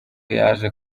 yaje